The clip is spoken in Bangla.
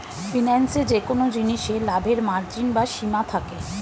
ফিন্যান্সে যেকোন জিনিসে লাভের মার্জিন বা সীমা থাকে